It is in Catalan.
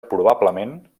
probablement